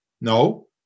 No